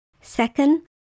Second